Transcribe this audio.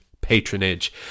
patronage